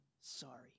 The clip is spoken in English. sorry